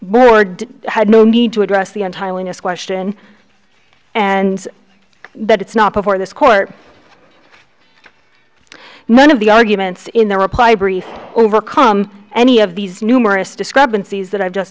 board had no need to address the entitling us question and that it's not before this court none of the arguments in the reply brief overcome any of these numerous discrepancies that i've just